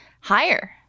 higher